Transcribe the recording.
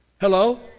Hello